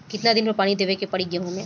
कितना दिन पर पानी देवे के पड़ी गहु में?